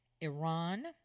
Iran